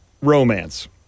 Romance